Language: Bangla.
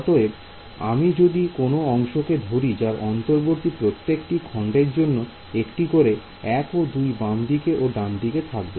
অতএব আমি যদি কোন অংশকে ধরি যার অন্তর্বর্তীতে প্রত্যেকটি খন্ডের জন্য একটি করে 1 ও 2 বামদিকে ওর ডানদিকে থাকবে